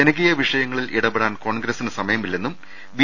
ജനകീയ വിഷയങ്ങളിൽ ഇടപെടാൻ കോൺഗ്ര സിന് സമയമില്ലെന്നും ബി